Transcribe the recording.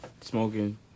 smoking